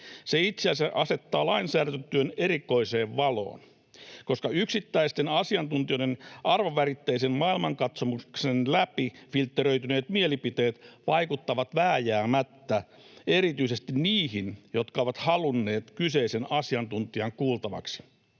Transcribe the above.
Se itse asiassa asettaa lainsäädäntötyön erikoiseen valoon, koska yksittäisten asiantuntijoiden arvoväritteisen maailmankatsomuksen läpi filtteröityneet mielipiteet vaikuttavat vääjäämättä erityisesti niihin, jotka ovat halunneet kyseisen asiantuntijan kuultavaksi.